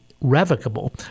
revocable